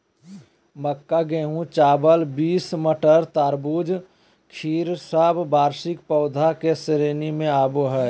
मक्का, गेहूं, चावल, बींस, मटर, तरबूज, खीर सब वार्षिक पौधा के श्रेणी मे आवो हय